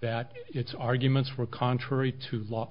that its arguments were contrary to l